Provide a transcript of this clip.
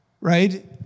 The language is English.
right